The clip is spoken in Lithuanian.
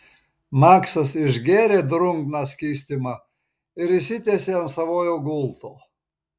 maksas išgėrė drungną skystimą ir išsitiesė ant savojo gulto